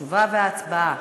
שהתשובה וההצבעה